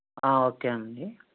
okay అండి